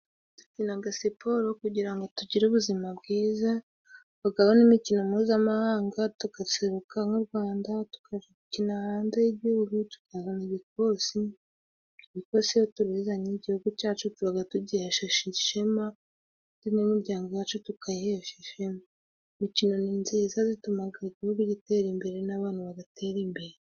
Dukina siporo kugira ngo tugire ubuzima bwiza, habaho n'imikino mpuzamahanga. Tugaseruka nk'urwanda tugakina hanze y'igihugu tukazana ibikosi, ibikosi iyo tubizanye igihugu cyacu tuba tugihesheje ishema ndetse n'imiryango yacu tukayihesha ishema, imikino ni myiza ituma igihugu gitera imbere n'abantu bagatera imbere.